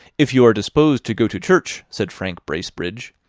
if you are disposed to go to church, said frank bracebridge,